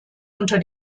unter